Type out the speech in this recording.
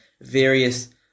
various